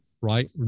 right